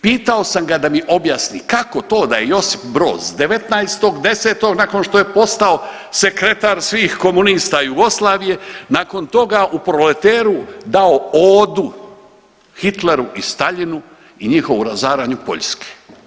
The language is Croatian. Pitao sam ga da mi objasni kako to da je Josip Broz 19.10. nakon što je postao sekretar svih komunista Jugoslavije nakon toga u Proleteru dao odu Hitleru i Staljinu i njihovu razaranju Poljske.